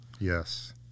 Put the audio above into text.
Yes